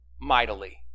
mightily